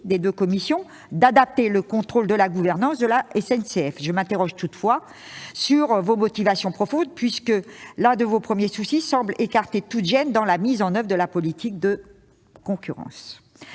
des deux commissions d'adapter le contrôle de la gouvernance de la SNCF. Je m'interroge toutefois sur vos motivations profondes, mes chers collègues, car l'un de vos premiers soucis semble être d'écarter toute gêne dans la mise en oeuvre de la politique d'ouverture